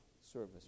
service